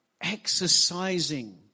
exercising